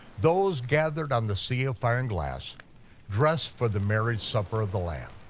those gathered on the sea of fire and glass dressed for the marriage supper of the lamb.